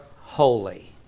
holy